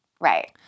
right